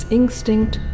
instinct